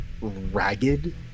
ragged